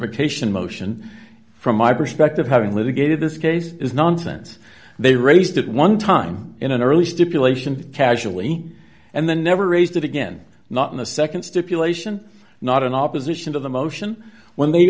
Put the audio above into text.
vacation motion from my perspective having litigated this case is nonsense they raised it one time in an early stipulation casually and then never raised it again not in the nd stipulation not in opposition to the motion when they